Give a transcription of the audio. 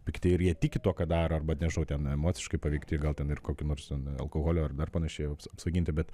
pikti ir jie tiki tuo ką daro arba nežinau ten emociškai paveikti gal ten ir kokių nors alkoholio ar dar panašiai apsvaiginti bet